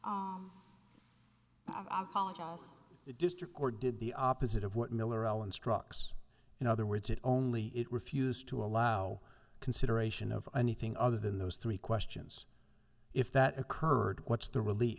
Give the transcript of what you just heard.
off the district or did the opposite of what miller l instructs in other words it only it refused to allow consideration of anything other than those three questions if that occurred what's the relief